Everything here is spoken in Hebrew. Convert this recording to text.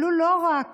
עלול לא רק